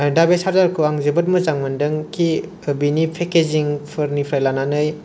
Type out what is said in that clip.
दा बे सार्जारखौ आं जोबोद मोजां मोनदों कि बिनि पेकेजिंफोरनिफ्राय लानानै